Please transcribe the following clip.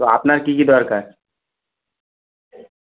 তো আপনার কী কী দরকার